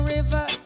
River